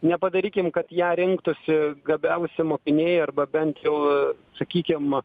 nepadarykim kad ją rinktųsi gabiausi mokiniai arba bent jau sakykim